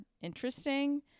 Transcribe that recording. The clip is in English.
interesting